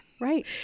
Right